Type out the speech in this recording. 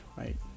right